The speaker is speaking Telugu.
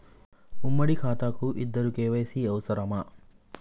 ఉమ్మడి ఖాతా కు ఇద్దరు కే.వై.సీ అవసరమా?